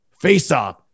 face-off